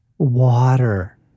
Water